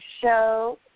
show